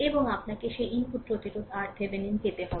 এবং আপনাকে সেই ইনপুট প্রতিরোধ RThevenin পেতে হবে